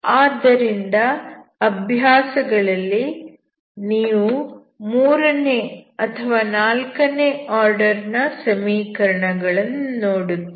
ಆದ್ದರಿಂದ ಅಭ್ಯಾಸಗಳಲ್ಲಿ ನೀವು ಮೂರನೇ ಅಥವಾ ನಾಲ್ಕನೇ ಆರ್ಡರ್ ನ ಸಮಸ್ಯೆಗಳನ್ನು ನೋಡುತ್ತೀರಿ